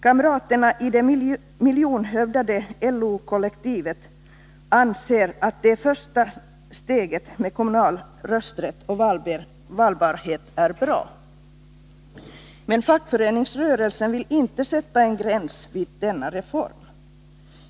Kamraterna i det miljonhövdade LO-kollektivet anser att det första steget med kommunal rösträtt och valbarhet är bra. Men fackföreningsrörelsen vill inte sätta en gräns vid denna reform.